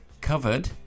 covered